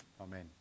Amen